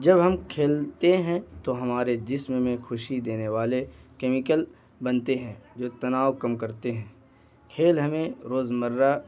جب ہم کھیلتے ہیں تو ہمارے جسم میں خوشی دینے والے کیمیکل بنتے ہیں جو تناؤ کم کرتے ہیں کھیل ہمیں روز مرہ